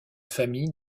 famille